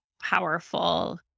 powerful